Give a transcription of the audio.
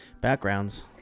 backgrounds